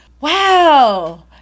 wow